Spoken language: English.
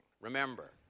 Remember